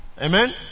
Amen